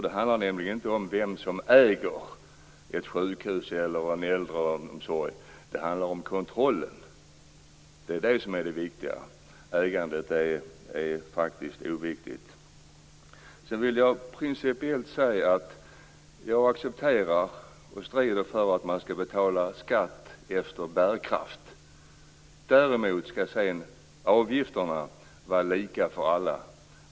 Det handlar nämligen inte om vem som äger ett sjukhus eller äldreomsorgen, utan det handlar om kontrollen. Det är det som är det viktiga. Ägandet är oviktigt. Sedan vill jag principiellt säga att jag accepterar och strider för att man skall betala skatt efter bärkraft. Däremot skall avgifterna vara lika för alla.